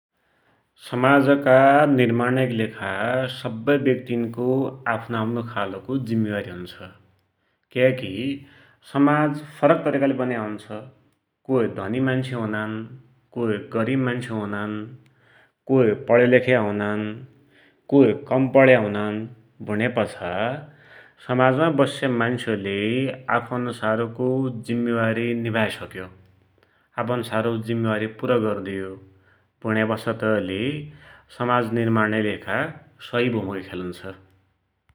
समाजका निर्माणकि लेखा सब्बै ब्याक्तिन्को आफ़्नो आफ्नो खालको जिम्मेवारी हुन्छ। क्याकी समाज फरक तरिकाले बनेको हुन्छ, कोइ धनि मान्सु हुनान, कोइ गरिब मान्सु हुनान, कोइ पड्यालेख्या हुनान, कोइ कम पढेका हुनान, भुण्यापाछा समाज मा बस्या मान्सले आफ अन्सारको जिम्मेवारी निभाई सक्यो, आफ अन्सारको जिम्मेवारी पुरा गरिदियो भुण्यापाछा तै ले समाज निर्माण मा महत्वपुर्ण भूमिका खेलन्छ।